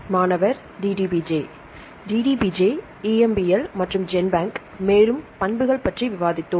மாணவர் DDBJ DDBJ EMBL மற்றும் GenBank மேலும் பண்புகள் பற்றி விவாதித்தோம்